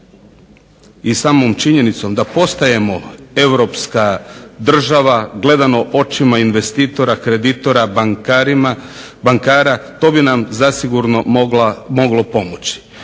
i samom činjenicom da postajemo europska država gledano očima investitora, kreditora, bankarima, bankara, to bi nam zasigurno moglo pomoći.